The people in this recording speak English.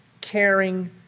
caring